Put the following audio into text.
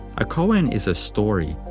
a koan is a story,